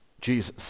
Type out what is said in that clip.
Jesus